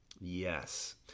Yes